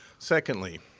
secondly,